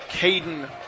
Caden